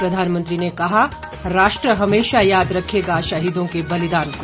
प्रधानमंत्री ने कहा राष्ट्र हमेशा याद रखेगा शहीदों के बलिदान को